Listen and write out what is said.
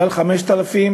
מעל 5,000